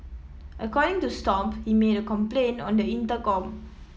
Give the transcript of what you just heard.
according to Stomp he made a complaint on the intercom